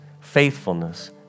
faithfulness